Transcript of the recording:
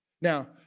Now